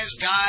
guys